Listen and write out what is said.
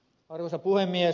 arvoisa puhemies